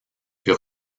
fut